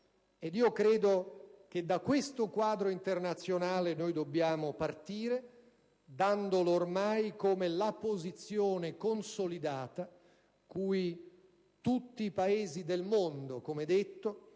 credo che da questo quadro internazionale dobbiamo partire, dandolo ormai come la posizione consolidata cui tutti i Paesi del mondo - come detto